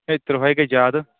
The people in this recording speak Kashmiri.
ہے تٕرٛہَے گٔے زیادٕ